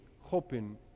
hoping